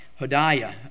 Hodiah